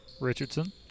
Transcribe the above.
Richardson